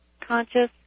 conscious